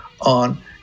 on